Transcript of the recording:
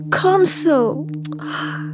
console